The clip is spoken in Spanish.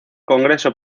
congreso